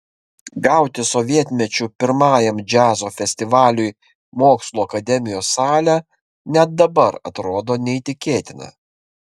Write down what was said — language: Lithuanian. gauti sovietmečiu pirmajam džiazo festivaliui mokslų akademijos salę net dabar atrodo neįtikėtina